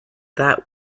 that